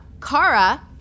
Kara